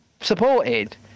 supported